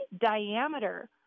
diameter